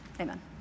amen